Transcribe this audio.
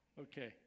Okay